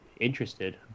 interested